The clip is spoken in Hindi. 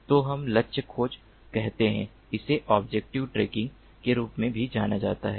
तो हम लक्ष्य खोज कहते हैं इसे ऑब्जेक्ट ट्रैकिंग के रूप में भी जाना जाता है